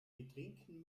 betrinken